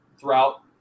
throughout